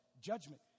judgment